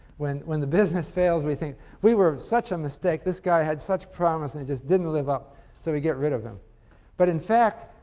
when when the business fails, we think we were such a mistake. this guy had such promise and he just didn't live up so we get rid of him but in fact,